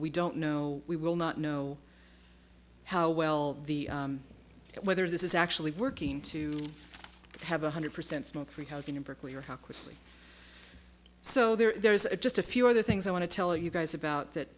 we don't know we will not no how well whether this is actually working to have one hundred percent smoke free housing in berkeley or how quickly so there is a just a few other things i want to tell you guys about that